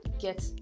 get